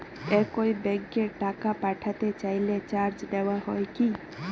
একই ব্যাংকে টাকা পাঠাতে চাইলে চার্জ নেওয়া হয় কি?